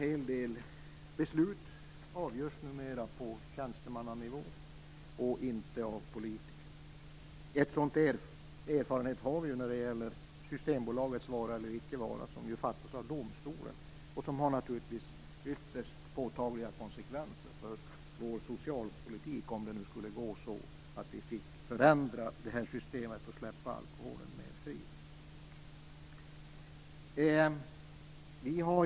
En del beslut avgörs numera också på tjänstemannanivå och inte av politiker. En sådan erfarenhet har vi när det gäller Systembolagets vara eller icke vara. Det beslutet fattas av domstolen och får naturligtvis ytterst påtagliga konsekvenser för vår socialpolitik, om det skulle gå så att vi får lov att förändra det här systemet och släppa alkoholen mer fri.